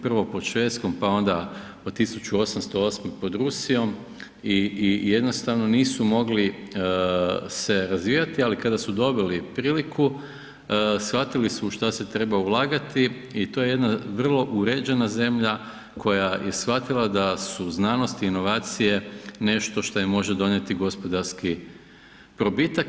Prvo pod Švedskom pa onda od 1808. pod Rusijom i jednostavno nisu se mogli razvijati, ali kada su dobili priliku shvatili su u šta se treba ulagati i to je jedna vrlo uređena zemlja koja je shvatila da su znanost i inovacije nešto što im može donijeti gospodarski probitak.